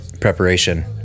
preparation